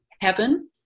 heaven